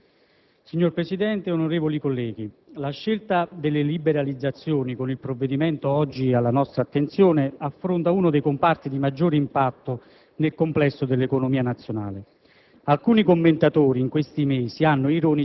Signor Presidente, onorevoli colleghi, la scelta delle liberalizzazioni, con il provvedimento oggi alla nostra attenzione, affronta uno dei comparti di maggiore impatto nel complesso dell'economia nazionale.